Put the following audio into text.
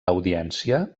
audiència